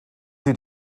sie